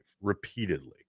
repeatedly